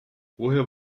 woher